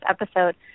episode